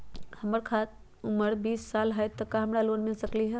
हमर उमर बीस साल हाय का हमरा लोन मिल सकली ह?